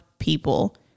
people